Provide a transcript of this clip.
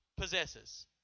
possesses